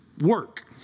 work